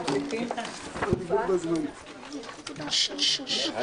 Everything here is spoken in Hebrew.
הישיבה ננעלה בשעה 10:31.